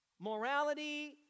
Morality